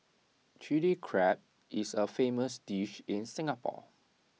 Chilli Crab is A famous dish in Singapore